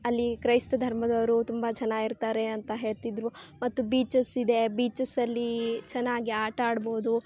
ಅಲ್ಲಿ ಕ್ರೈಸ್ತ ಧರ್ಮದವರು ತುಂಬ ಜನ ಇರ್ತಾರೆ ಅಂತ ಹೇಳ್ತಿದ್ದರು ಮತ್ತು ಬೀಚಸ್ ಇದೆ ಬೀಚಸಲ್ಲಿ ಚೆನ್ನಾಗಿ ಆಟ ಆಡ್ಬೋದು